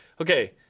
okay